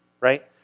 right